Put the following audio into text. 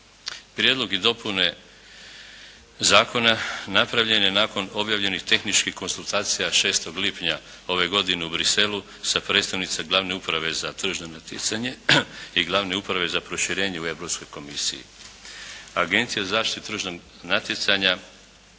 Prijedlog i dopune zakona napravljen je nakon objavljenih tehničkih konzultacija 6. lipnja ove godine u Bruxellesu sa predstavnicom glavne uprave za tržišno natjecanje i glavne uprave za proširenje u Europskoj komisiji. Agencija za zaštitu tržišnog natjecanja